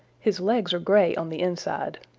his legs are gray on the inside.